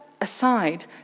aside